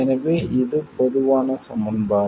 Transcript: எனவே இது பொதுவான சமன்பாடு